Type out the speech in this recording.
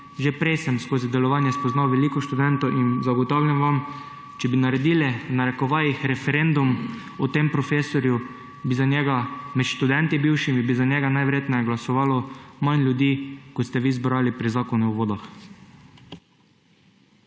že prej sem skozi delovanje spoznal veliko študentov in zagotavljam vam, če bi naredili, v narekovajih, referendum o tem profesorju med bivšimi študenti, bi za njega najverjetneje glasovalo manj ljudi, kot ste vi zbrali pri zakonu o vodah.